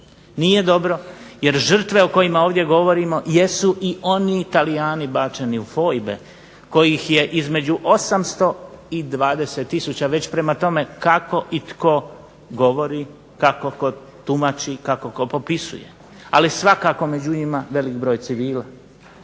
Nije dobro, jer žrtve o kojima ovdje govorimo jesu i oni Talijani bačeni u fojbe kojih je između 800 i 20000 već prema tome kako i tko govori, kako tko tumači, kako tko popisuje. Ali svakako među njima velik broj civila.